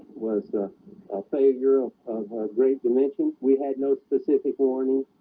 was the ah failure of ah great dimension. we had no specific warning